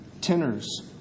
tenors